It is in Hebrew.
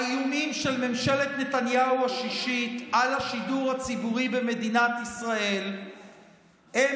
האיומים של ממשלת נתניהו השישית על השידור הציבורי במדינת ישראל הם